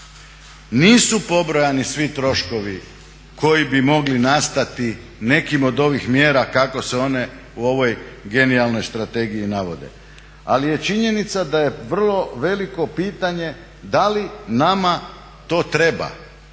nisu pobrojani svi troškovi koji bi mogli nastati nekim od ovih mjera kako se one u ovoj genijalnoj strategiji navode. Ali je činjenica da je vrlo veliko pitanje da li nama to treba?